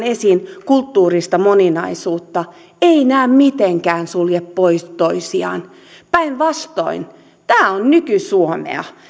esiin kulttuurista moninaisuutta eivät nämä mitenkään sulje pois toisiaan päinvastoin tämä on nyky suomea